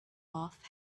off